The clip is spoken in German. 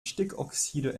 stickoxide